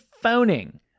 phoning